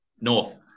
North